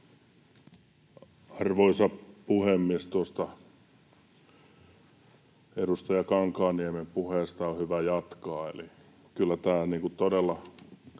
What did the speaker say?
Arvoisa puhemies! Tuosta edustaja Kankaanniemen puheesta on hyvä jatkaa,